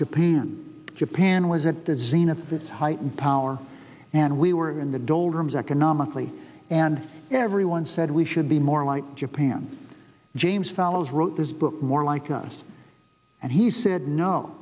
japan japan was it did zenith this heightened power and we were in the doldrums economically and everyone said we should be more like japan james fallows wrote this book more like us and he said no